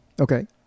Okay